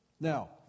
Now